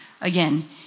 Again